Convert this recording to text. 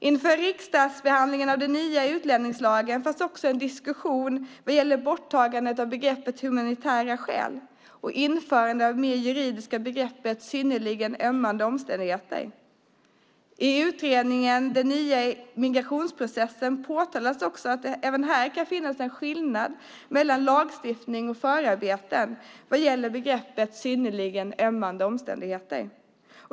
Inför riksdagsbehandlingen av den nya utlänningslagen fanns en diskussion vad gäller borttagandet av begreppet "humanitära skäl" och införandet av det mer juridiska begreppet "synnerligen ömmande omständigheter". I utredningen Den nya migrationsprocessen påtalas att här kan det finnas en skillnad mellan lagstiftning och förarbeten vad gäller begreppet synnerligen ömmande omständigheter.